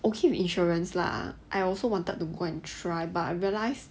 okay with insurance lah I also wanted to go and try but I realise